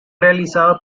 realizado